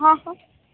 હા હા